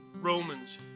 Romans